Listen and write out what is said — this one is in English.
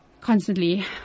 constantly